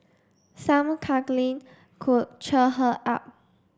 some cuddling could cheer her up